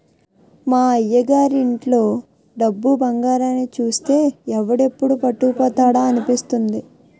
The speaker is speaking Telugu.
మా అయ్యగారి ఇంట్లో డబ్బు, బంగారాన్ని చూస్తే ఎవడు ఎప్పుడు పట్టుకుపోతాడా అనిపిస్తుంది